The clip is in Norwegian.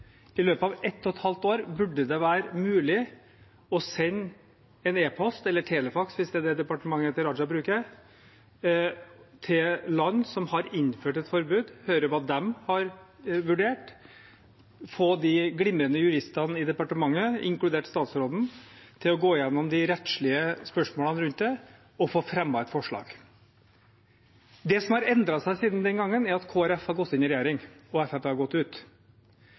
i denne salen og diskuterte. Venstre var med oss, Høyre og Fremskrittspartiet og sa at vi ønsker et forbud. I løpet av halvannet år burde det være mulig å sende en e-post – eller telefaks, hvis det er det departementet til Raja bruker – til land som har innført et forbud og høre hva de har vurdert, få de glimrende juristene i departementet, inkludert statsråden, til å gå gjennom de rettslige spørsmålene rundt det og få fremmet et forslag. Det